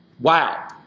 Wow